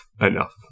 enough